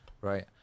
Right